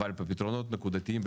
אבל בפתרונות נקודתיים,